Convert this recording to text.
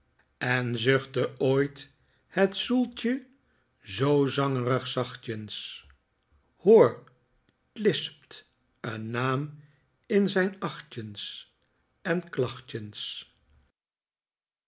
en zuchtte ooit het zoeltjen zoo zangerig zachtjens hoor t lispt een naam in zijn achjens en